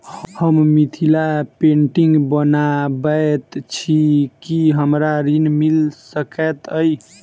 हम मिथिला पेंटिग बनाबैत छी की हमरा ऋण मिल सकैत अई?